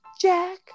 Jack